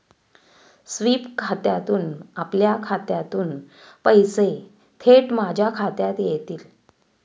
sweep खात्यातून आपल्या खात्यातून पैसे थेट माझ्या खात्यात येतील